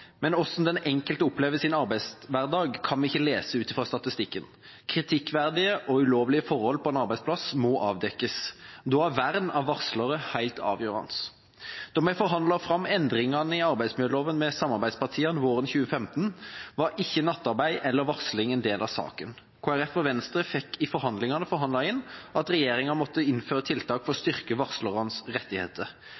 Men hvordan den enkelte opplever sin arbeidshverdag, kan vi ikke lese ut fra statistikken. Kritikkverdige og ulovlige forhold på en arbeidsplass må avdekkes. Da er vern av varslere helt avgjørende. Da vi forhandlet fram endringene i arbeidsmiljøloven med samarbeidspartiene våren 2015, var ikke nattarbeid eller varsling en del av saken. Kristelig Folkeparti og Venstre fikk i forhandlingene forhandlet inn at regjeringa måtte innføre tiltak for å